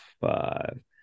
five